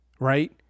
right